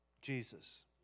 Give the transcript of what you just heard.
Jesus